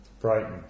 Brighton